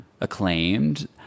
acclaimed